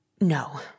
No